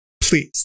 please